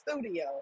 studio